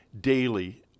daily